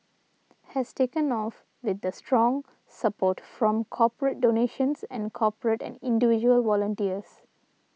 has taken off with the strong support from corporate donations and corporate and individual volunteers